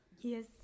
Yes